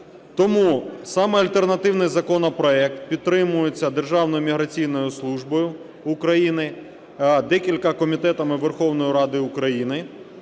Тому саме альтернативний законопроект підтримується Державною міграційною службою України, декількома комітетами Верховної Ради України.